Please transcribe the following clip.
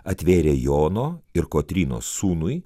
atvėrė jono ir kotrynos sūnui